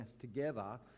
together